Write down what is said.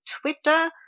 Twitter